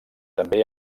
també